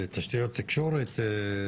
תשתיות תקשורת,